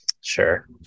sure